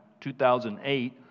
2008